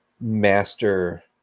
master